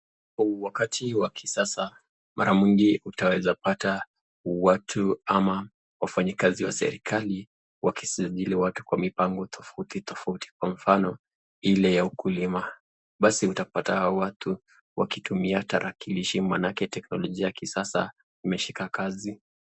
Wakati wa kisasa, mara mingi utaweza pata watu ama wafanyikazi wa serikali wakisajili watu kwa mipango tofauti tofauti. Kwa mfano, ile ya ukulima. Basi utapata hawa watu wakitumia tarakilishi maanake teknolojia ya kisasa imeshika kazi.